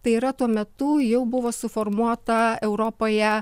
tai yra tuo metu jau buvo suformuota europoje